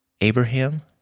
Abraham